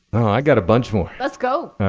got a bunch more. let's go.